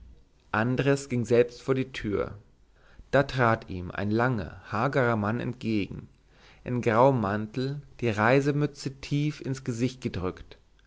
andres ging selbst vor die tür da trat ihm ein langer hagerer mann entgegen in grauem mantel die reisemütze tief ins gesicht gedrückt